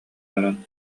баран